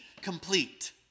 complete